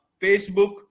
facebook